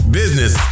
business